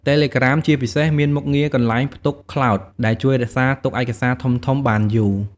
តេឡេក្រាម ជាពិសេស មានមុខងារ កន្លែងផ្ទុកក្លោត ដែលជួយរក្សាទុកឯកសារធំៗបានយូរ។